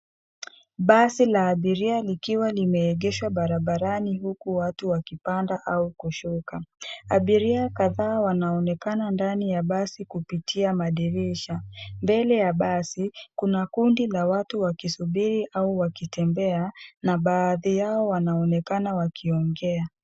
Basi la abiria likiwa limeegeshwa barabarani huku watu wakipanda au kushuka. Abiria kadhaa wanaonekana ndani ya basi kupitia madirisha. Mbele ya basi kuna kundi la watu wakisubiri au wakitembea na baadhi yao wanaonekana wakiongea.